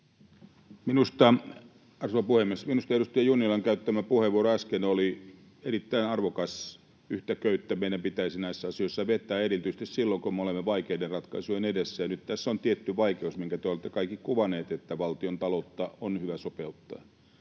Arvoisa puhemies! Minusta edustaja Junnilan käyttämä puheenvuoro äsken oli erittäin arvokas. Yhtä köyttä meidän pitäisi näissä asioissa vetää erityisesti silloin, kun me olemme vaikeiden ratkaisujen edessä, ja nyt tässä on tietty vaikeus, minkä te olette kaikki kuvanneet, että valtiontaloutta on hyvä sopeuttaa.